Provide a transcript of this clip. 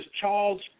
Charles